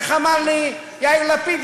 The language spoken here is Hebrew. איך אמר לי יאיר לפיד?